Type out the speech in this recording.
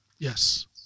Yes